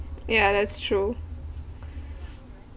yeah that's true